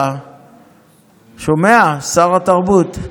אתה שומע, שר התרבות?